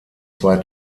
zwei